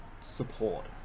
support